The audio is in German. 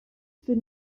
für